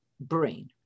brain